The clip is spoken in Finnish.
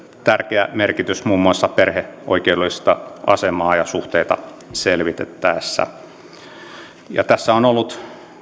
tärkeä merkitys muun muassa perheoikeudellista asemaa ja perheoikeudellisia suhteita selvitettäessä tässä on ollut